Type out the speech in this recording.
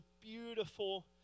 beautiful